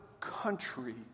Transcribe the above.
country